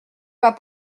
pas